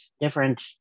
different